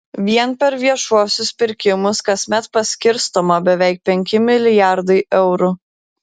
vien per viešuosius pirkimus kasmet paskirstoma beveik penki milijardai eurų